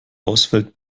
ausfällt